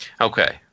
Okay